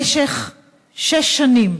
במשך שש שנים